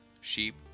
sheep